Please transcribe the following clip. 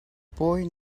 boy